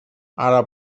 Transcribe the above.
ara